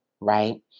right